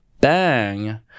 bang